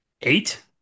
eight